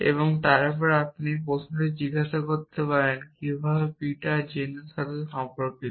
এবং তারপর আপনি একটি প্রশ্ন জিজ্ঞাসা করতে পারেন কিভাবে পিটার জেনের সাথে সম্পর্কিত